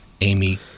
Amy